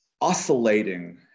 oscillating